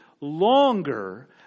longer